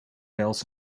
else